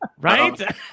Right